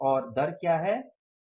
और दर क्या है